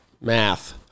math